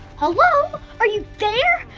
hello! are you there?